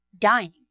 dying